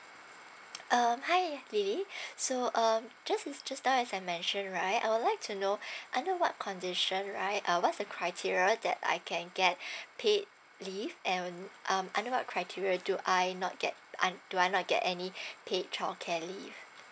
um hi lily so um just is just like I mentioned right I would like to know under what condition right uh what's the criteria that I can get paid leave and um under what criteria do I not get um do I not get any paid childcare leave